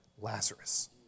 Lazarus